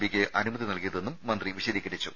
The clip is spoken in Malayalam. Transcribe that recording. ബിയ്ക്ക് അനുമതി നൽകിയതെന്നും മന്ത്രി വിശദീകരിച്ചു